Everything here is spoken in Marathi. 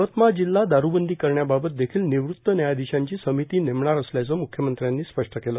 यवतमाळ जिल्हा दारूबंदी करण्याबाबत देखील निवृत्त न्यायाधीशांची समिती नेमणार असल्याचे म्ख्यमंत्र्यांनी स्पष्ट केले